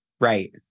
right